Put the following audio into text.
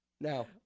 Now